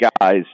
guys